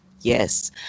Yes